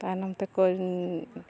ᱛᱟᱭᱱᱚᱢ ᱛᱮᱠᱚ